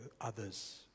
others